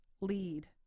lead